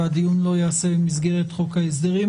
ושהדיון לא ייעשה במסגרת חוק ההסדרים,